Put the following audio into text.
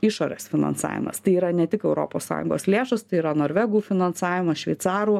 išorės finansavimas tai yra ne tik europos sąjungos lėšos tai yra norvegų finansavimas šveicarų